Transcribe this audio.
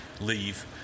leave